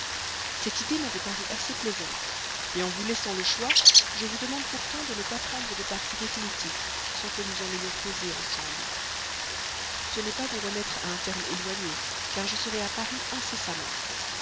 cette idée m'avait paru assez plaisante en vous laissant le choix je vous demande pourtant de ne pas prendre de parti définitif sans que nous en ayons causé ensemble ce n'est pas vous remettre à un terme éloigné car je serai à paris très incessamment